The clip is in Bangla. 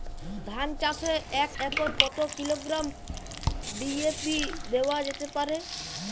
ধান চাষে এক একরে কত কিলোগ্রাম ডি.এ.পি দেওয়া যেতে পারে?